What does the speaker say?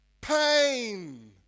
pain